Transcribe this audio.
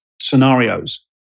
scenarios